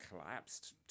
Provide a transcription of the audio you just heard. collapsed